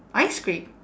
ice cream